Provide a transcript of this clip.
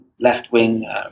left-wing